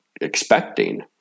expecting